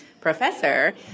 professor